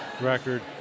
record